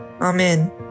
Amen